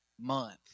month